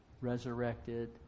resurrected